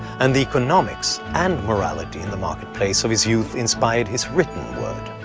and the economics and morality in the marketplace of his youth inspired his written word.